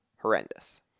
horrendous